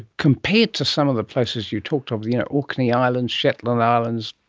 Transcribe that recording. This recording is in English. compared to some other places you talked of, orkney islands, shetland islands,